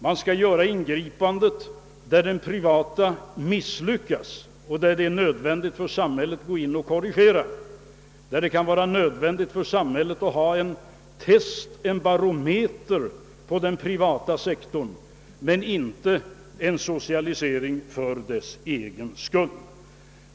Vi skall göra ingripanden där den privata företagsamheten har misslyckats och det är nödvändigt för samhället att korrigera, där samhället behöver ha en barometer på utvecklingen inom den privata sektorn.